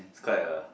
quite a